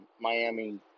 Miami